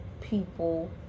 people